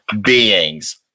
beings